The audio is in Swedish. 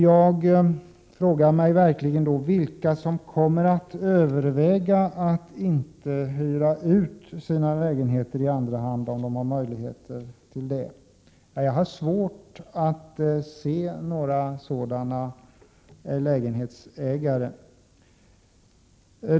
Jag frågar mig verkligen: Vilka kommer att överväga att inte hyra ut sina lägenheter i andra hand, om de har möjlighet till sådan uthyrning? Jag har svårt att se att det skulle finnas några sådana lägenhetsägare.